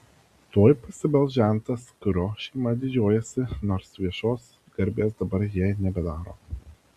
tuoj pasibels žentas kuriuo šeima didžiuojasi nors viešos garbės dabar jai nebedaro